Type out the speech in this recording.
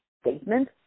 statement